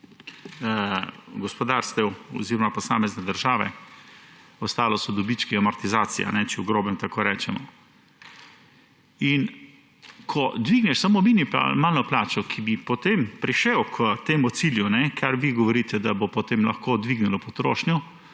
gospodarstva oziroma posamezne države, ostalo so dobički, amortizacija, če rečemo v grobem. In ko dvigneš samo minimalno plačo, da bi potem prišel k temu cilju, kar vi pravite, da bo potem lahko dvignilo potrošnjo,